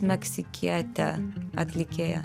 meksikietę atlikėją